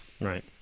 right